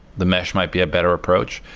the mesh might be a better approach.